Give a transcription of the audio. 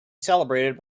celebrated